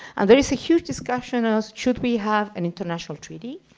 and there is a huge discussion of, should we have an international treaty?